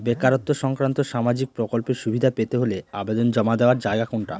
বেকারত্ব সংক্রান্ত সামাজিক প্রকল্পের সুবিধে পেতে হলে আবেদন জমা দেওয়ার জায়গা কোনটা?